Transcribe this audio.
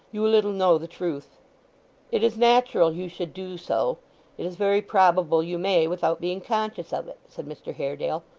you little know the truth it is natural you should do so it is very probable you may, without being conscious of it said mr haredale,